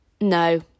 no